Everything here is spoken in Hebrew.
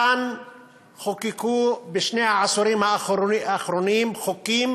כאן חוקקו בשני העשורים האחרונים חוקים